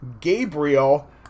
Gabriel